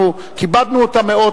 כיבדנו אותה מאוד,